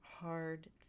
Hard